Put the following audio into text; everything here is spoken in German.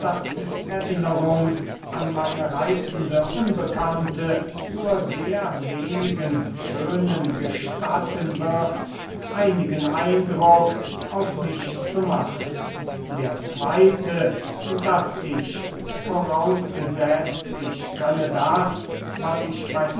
die erinnerung an meine reitzende unbekannte nur sehr wenigen schönen gestatten wird einigen eindruck auf mich zu machen der zweyte daß ich vorausgesetzt ich könne das was ich bey